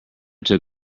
took